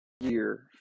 year